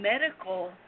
medical